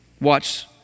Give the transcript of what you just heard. Watch